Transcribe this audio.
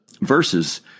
verses